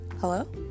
hello